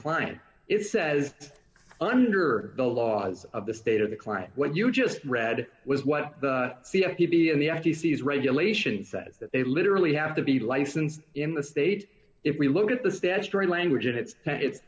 client if says under the laws of the state or the client when you just read was what he and the itc's regulation says that they literally have to be licensed in the state if we look at the statutory language and it's it's